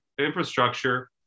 infrastructure